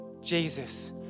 Jesus